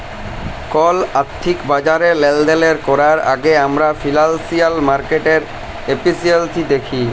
call আথ্থিক বাজারে লেলদেল ক্যরার আগে আমরা ফিল্যালসিয়াল মার্কেটের এফিসিয়াল্সি দ্যাখি